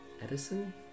Edison